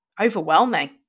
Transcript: overwhelming